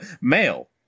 Male